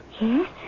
Yes